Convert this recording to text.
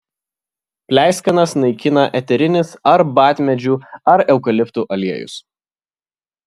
pleiskanas naikina eterinis arbatmedžių ar eukaliptų aliejus